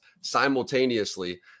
simultaneously